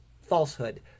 falsehood